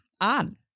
On